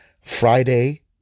Friday